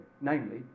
namely